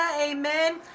amen